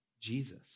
Jesus